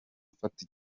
afata